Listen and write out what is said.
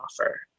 offer